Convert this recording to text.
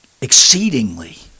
exceedingly